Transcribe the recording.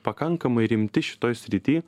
pakankamai rimti šitoj srity